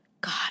God